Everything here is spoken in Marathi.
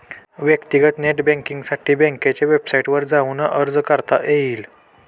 व्यक्तीगत नेट बँकींगसाठी बँकेच्या वेबसाईटवर जाऊन अर्ज करता येईल